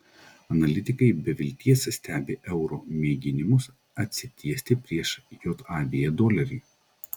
analitikai be vilties stebi euro mėginimus atsitiesti prieš jav dolerį